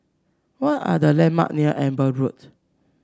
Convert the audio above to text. what are the landmark near Amber Road